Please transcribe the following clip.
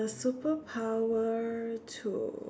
superpower to